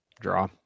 Draw